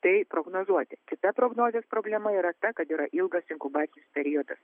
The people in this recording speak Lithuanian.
tai prognozuoti kita prognozės problema yra ta kad yra ilgas inkubacinis periodas